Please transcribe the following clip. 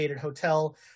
hotel